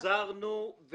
חזרנו,